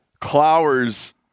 Clower's